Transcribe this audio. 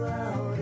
out